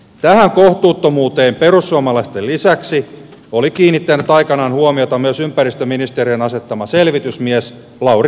tähän kohtuuttomuuteen perussuomalaisten lisäksi oli kiinnittänyt aikanaan huomiota myös ympäristöministeriön asettama selvitysmies lauri tarasti